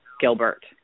Gilbert